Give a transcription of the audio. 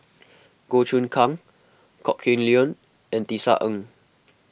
Goh Choon Kang Kok Heng Leun and Tisa Ng